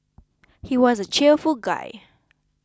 he was a cheerful guy